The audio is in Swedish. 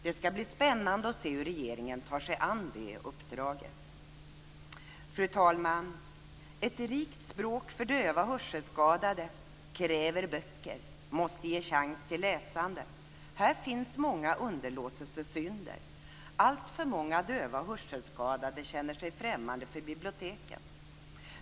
Det ska bli spännande att se hur regeringen tar sig an uppdraget. Fru talman! Ett rikt språk för döva och hörselskadade kräver böcker. Vi måste ge chans till läsande. Här finns många underlåtelsesynder. Alltför många döva och hörselskadade känner sig främmande för biblioteken.